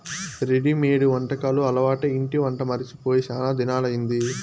readymade వంటకాలు అలవాటై ఇంటి వంట మరచి పోయి శానా దినాలయ్యింది